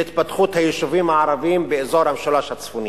של התפתחות היישובים הערביים באזור המשולש הצפוני.